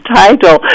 title